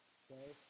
okay